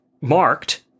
marked